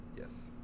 Yes